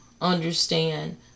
understand